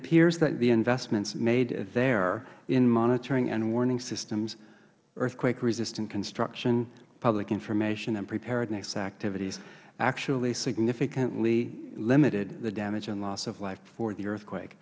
appears that the investments made there in monitoring and warning systems earthquake resistant construction public information and preparedness activities actually significantly limited the damage and loss of life before the earthquake